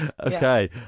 Okay